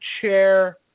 chair